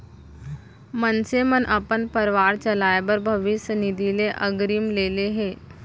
मनसे मन अपन परवार चलाए बर भविस्य निधि ले अगरिम ले हे